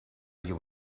you